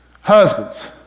Husbands